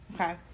Okay